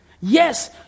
Yes